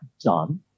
done